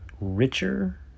richer